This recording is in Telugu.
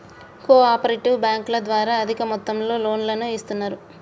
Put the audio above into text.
కో ఆపరేటివ్ బ్యాంకుల ద్వారా అధిక మొత్తంలో లోన్లను ఇస్తున్నరు